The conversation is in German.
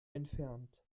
entfernt